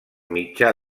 mitjà